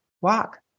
walk